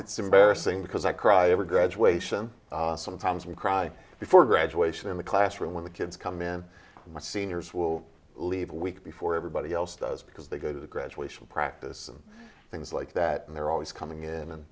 it's embarrassing because i cry over graduation sometimes we cry before graduation in the classroom when the kids come in and my seniors will leave a week before everybody else does because they go to the graduation practice and things like that and they're always coming in and